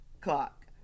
clock